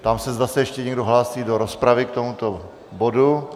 Ptám se, zda se ještě někdo hlásí do rozpravy k tomuto bodu?